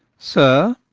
sir,